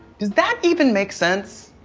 does that even make sense?